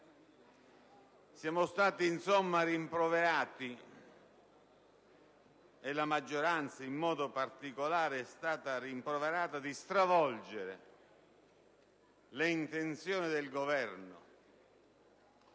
Siamo stati insomma rimproverati: la maggioranza, in modo particolare, è stata rimproverata di stravolgere le intenzioni del Governo.